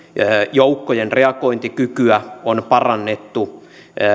joukkojen reagointikykyä on parannettu